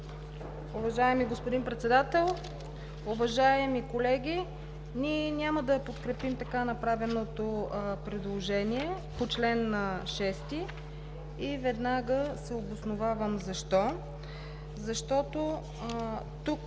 Уважаеми господин Председател, уважаеми колеги! Ние няма да подкрепим така направеното предложение по чл. 6 и веднага се обосновавам защо. Защото тук